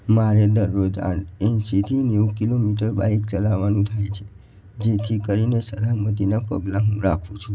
મારે દરરોજ આર એંસીથી નેવું કિલોમીટર બાઈક ચલાવવાનું થાય છે જેથી કરીને સલામતીનાં પગલાં હું રાખું છું